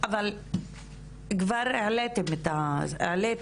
אבל כבר העלית את הסוגיה.